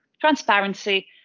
transparency